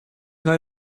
nei